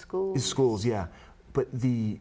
school schools yeah but the